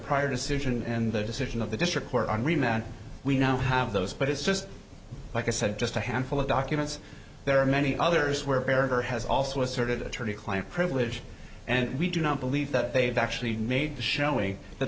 prior decision and the decision of the district court on remand we now have those but it's just like i said just a handful of documents there are many others where barrier has also asserted attorney client privilege and we do not believe that they have actually made showing that